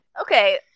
Okay